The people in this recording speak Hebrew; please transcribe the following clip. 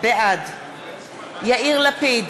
בעד יאיר לפיד,